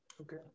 Okay